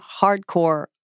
hardcore